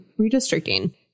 redistricting